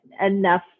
enough